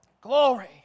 Glory